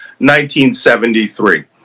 1973